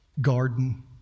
garden